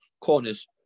corners